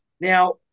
Now